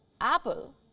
Apple